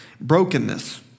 Brokenness